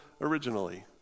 originally